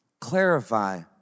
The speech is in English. clarify